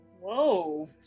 Whoa